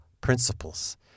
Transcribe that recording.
principles